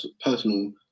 personal